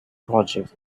projects